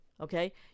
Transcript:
Okay